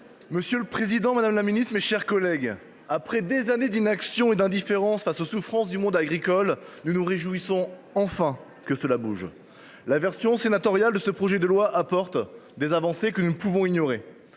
Monsieur le président, madame la ministre, mes chers collègues, après des années d’inaction et d’indifférence face aux souffrances du monde agricole, nous nous réjouissons que cela bouge enfin. La version sénatoriale de ce projet de loi apporte des avancées que nous ne pouvons ignorer.